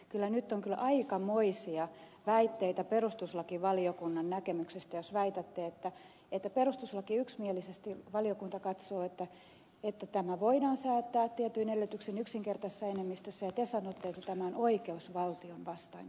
kyllä nyt on aikamoisia väitteitä perustuslakivaliokunnan näkemyksestä jos perustuslakivaliokunta yksimielisesti katsoo että tämä voidaan säätää tietyin edellytyksin yksinkertaisella enemmistöllä ja te sanotte että tämä on oikeusvaltion vastainen laki